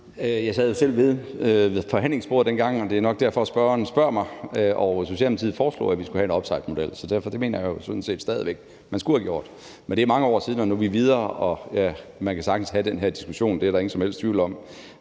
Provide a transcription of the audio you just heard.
Jeg sad jo selv ved forhandlingsbordet dengang, og det er nok derfor, spørgeren spørger mig. Og Socialdemokratiet foreslog, at vi skulle have en upsidemodel. Så det mener jeg derfor stadig væk man skulle have gjort. Men det er mange år siden, og nu er vi videre, og ja, man kan sagtens have den her diskussion; det er der ingen som helst tvivl om.